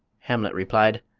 hamlet replied,